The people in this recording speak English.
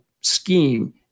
scheme